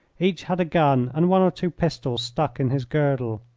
each had a gun and one or two pistols stuck in his girdle.